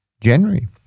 January